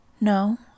No